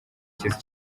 cy’isi